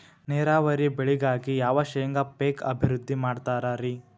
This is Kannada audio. ನೇರಾವರಿ ಬೆಳೆಗಾಗಿ ಯಾವ ಶೇಂಗಾ ಪೇಕ್ ಅಭಿವೃದ್ಧಿ ಮಾಡತಾರ ರಿ?